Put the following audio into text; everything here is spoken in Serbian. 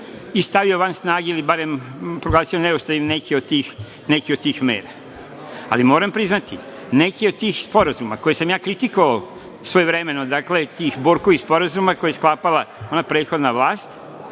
i stavio van snage ili barem proglasio neustavnim neke od tih mera. Ali, moram priznati, neke od tih sporazuma koje sam ja kritikovao svojevremeno, dakle, tih Borkovih sporazuma koje je sklapala prethodna vlast,